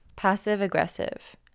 Passive-aggressive